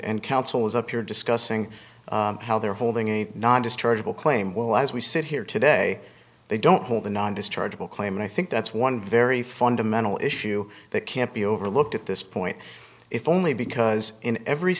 and counsel was up here discussing how they're holding a not just chargeable claim well as we sit here today they don't hold a non dischargeable claim and i think that's one very fundamental issue that can't be overlooked at this point if only because in every